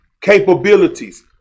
capabilities